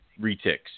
retics